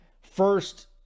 first